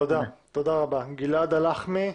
תודה רבה, גלעד הלחמי.